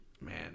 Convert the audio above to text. Man